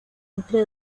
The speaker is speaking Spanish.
entre